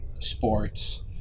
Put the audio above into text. sports